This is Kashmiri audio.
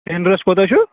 وِنٛرَس کوٗتاہ چھُ